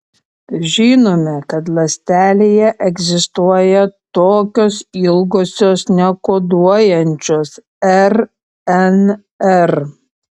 žinome kad ląstelėje egzistuoja tokios ilgosios nekoduojančios rnr